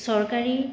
চৰকাৰী